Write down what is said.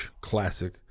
classic